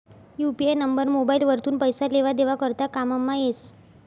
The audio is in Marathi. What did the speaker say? यू.पी.आय नंबर मोबाइल वरथून पैसा लेवा देवा करता कामंमा येस